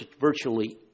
virtually